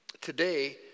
today